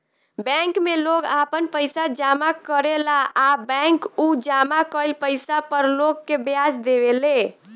bank में लोग आपन पइसा जामा करेला आ बैंक उ जामा कईल पइसा पर लोग के ब्याज देवे ले